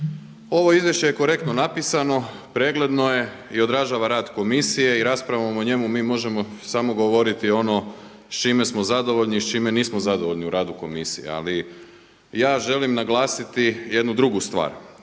Ovo je izvješće korektno napisano, pregledano je i odražava rad komisije i raspravom o njemu mi možemo samo govoriti ono s čime smo zadovoljni, s čime nismo zadovoljni u radu komisije. Ali ja želim naglasiti jednu drugu stvar,